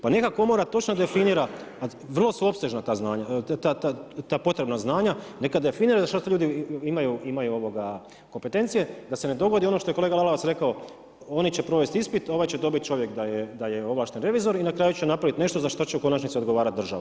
Pa neka komora točno definira, a vrlo su opsežna ta potrebna znanja, neka definira za što ljudi imaju kompetencije da se ne dogodi ono što je kolega Lalovac rekao, oni će provesti ispit, ovaj će dobiti čovjek da je ovlašten revizor i na kraju će napravi nešto za šta će u konačnici odgovarati država.